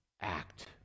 act